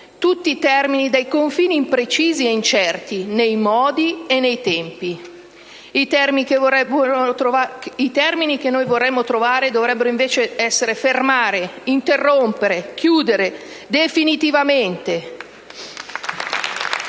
tutti formulazioni dai confini imprecisi e incerti nei modi e nei tempi. I termini che vorremmo trovare dovrebbero invece essere: «fermare», «interrompere», «chiudere», «definitivamente».